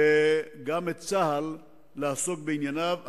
וגם לצה"ל לעסוק בענייניו.